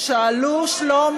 "שאלו שלום